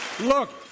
Look